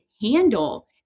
handle